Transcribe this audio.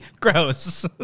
Gross